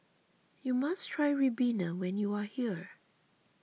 you must try Ribena when you are here